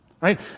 right